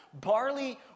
barley